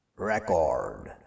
Record